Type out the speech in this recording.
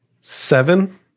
Seven